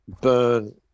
burn